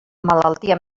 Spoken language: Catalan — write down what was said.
malaltia